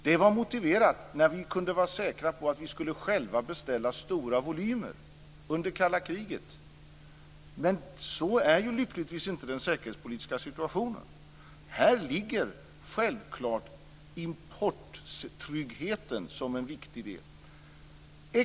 Det var motiverat under kalla kriget när vi kunde vara säkra på att vi själva skulle beställa stora volymer. Men så är lyckligtvis inte den säkerhetspolitiska situationen. Här ingår självfallet importtryggheten som en viktig del.